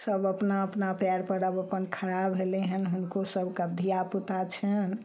सब अपना अपना पयरपर आब खड़ा भेलय हन हुनको सबके आब धिआपुता छनि